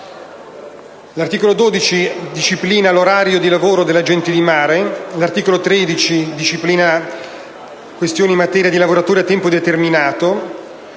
L'articolo 11 disciplina l'orario di lavoro della gente di mare. L'articolo 12 disciplina questioni in materia di lavoratori a tempo determinato